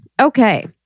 Okay